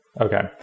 Okay